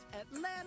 Atlanta